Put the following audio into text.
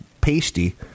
pasty